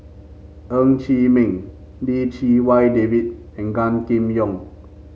Ng Chee Meng Lim Chee Wai David and Gan Kim Yong